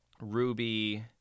ruby